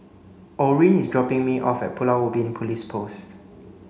Orin is dropping me off at Pulau Ubin Police Post